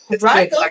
Right